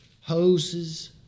hoses